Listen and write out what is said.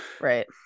right